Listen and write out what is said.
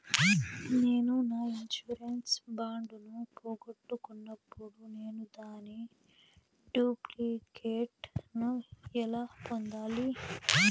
నేను నా insurance bond ను పోగొట్టుకున్నప్పుడు నేను దాని డూప్లికేట్ ను ఎలా పొందాలి?